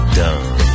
done